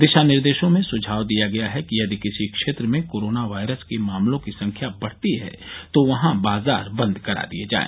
दिशा निर्देशों में सुझाव दिया गया है कि यदि किसी क्षेत्र में कोरोना वायरस के मामलों की संख्या बढ़ती है तो वहां बाजार बंद करा दिए जाए